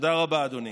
תודה רבה, אדוני.